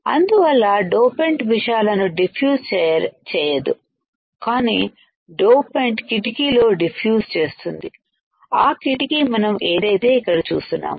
అందువల్ల డోపంటు విషయాలను డిఫ్యూజ్ చేయదుకానీ డోపంటు కిటికీలో డిఫ్యూజ్ చేస్తుంది ఆ కిటికీ మనము ఏదైతే ఇక్కడ చూస్తున్నాము